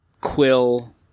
Quill